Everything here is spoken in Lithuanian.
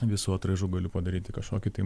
visų atraižų galiu padaryti kažkokį tai